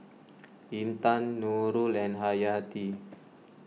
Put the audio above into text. Intan Nurul and Hayati